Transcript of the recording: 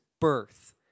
birth